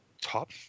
top